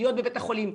להיות בבית החולים,